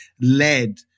led